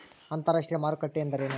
ಅಂತರಾಷ್ಟ್ರೇಯ ಮಾರುಕಟ್ಟೆ ಎಂದರೇನು?